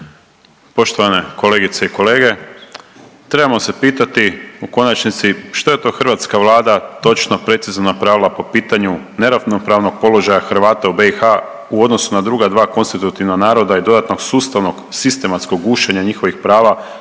Poštovane kolegice i kolege, trebamo se pitati u konačnici što je to hrvatska Vlada točno, precizno napravila po pitanju neravnopravnog položaja Hrvata u BiH u odnosu na druga dva konstitutivna naroda i dodatnog sustavnog sistematskog gušenja njihovih prava